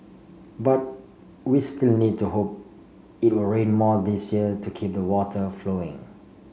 but we still need to hope it rain more this year to keep the water flowing